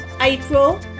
April